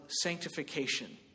sanctification